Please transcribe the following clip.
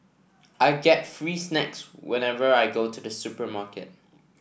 I get free snacks whenever I go to the supermarket